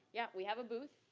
yeah, we have a booth.